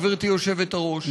גברתי היושבת-ראש,